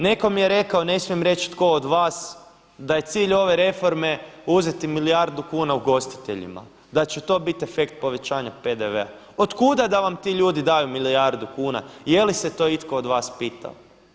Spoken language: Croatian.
Neko mi je rekao, ne smijem reći tko od vas da je cilj ove reforme uzeti milijardu kuna ugostiteljima, da će to biti efekt povećanja PDV-a. od kuda da vam ti ljudi daju milijardu kuna jeli se to itko od vas pitao.